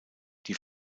die